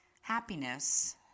happiness